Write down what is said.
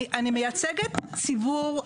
אני מייצגת ציבור,